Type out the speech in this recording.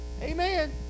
amen